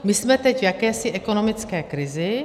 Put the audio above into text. My jsme teď v jakési ekonomické krizi.